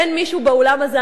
אין מישהו באולם הזה,